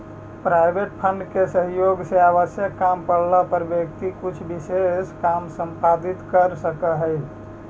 provident fund के सहयोग से आवश्यकता पड़ला पर व्यक्ति कुछ विशेष काम संपादित कर सकऽ हई